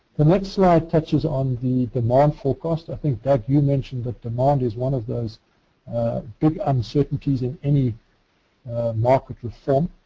the next slide touches on the demand full cost. i think, doug, you mentioned that demand is one of those big uncertainties in any market reform.